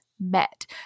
met